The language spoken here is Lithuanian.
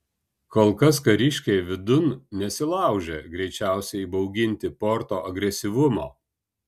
kol kas kariškiai vidun nesilaužė greičiausiai įbauginti porto agresyvumo